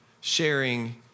sharing